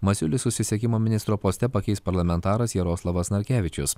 masiulį susisiekimo ministro poste pakeis parlamentaras jaroslavas narkevičius